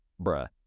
bruh